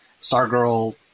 Stargirl